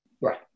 Right